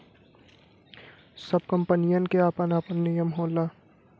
सब कंपनीयन के आपन आपन नियम होला